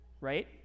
right